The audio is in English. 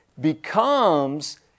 becomes